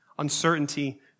uncertainty